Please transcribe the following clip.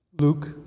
Luke